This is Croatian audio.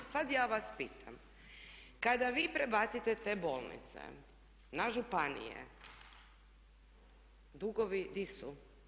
I sad ja vas pitam, kada vi prebacite te bolnice na županije dugovi di su?